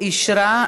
עזריה.